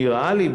נראה לי,